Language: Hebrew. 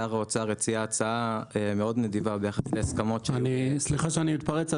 שר האוצר הציע הצעה מאוד נדיבה ביחס להסכמות --- סליחה שאני מתפרץ,